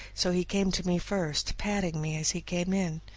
so he came to me first, patting me as he came in.